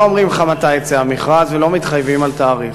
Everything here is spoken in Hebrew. לא אומרים לך מתי יצא המכרז ולא מתחייבים על תאריך.